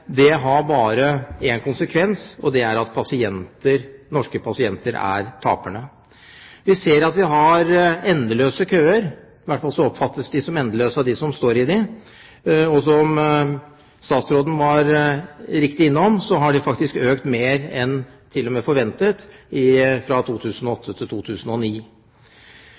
– har bare én konsekvens, og det er at pasientene er taperne. Vi ser at vi har endeløse køer – i hvert fall oppfattes de som endeløse av dem som står i disse køene – og som statsråden helt riktig var innom, har de faktisk økt mer enn til og med forventet fra 2008 til 2009.